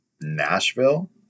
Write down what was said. Nashville